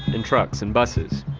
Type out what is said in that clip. and trucks, and buses.